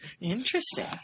Interesting